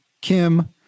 Kim